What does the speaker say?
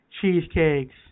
cheesecakes